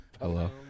Hello